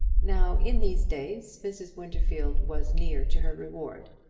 now, in these days, mrs. winterfield was near to her reward.